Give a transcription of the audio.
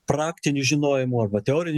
praktiniu žinojimu arba teoriniu